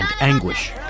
anguish